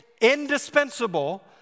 indispensable